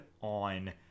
on